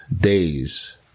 days